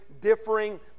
differing